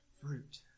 fruit